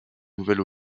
nouvelles